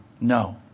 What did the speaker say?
No